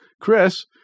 Chris